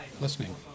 listening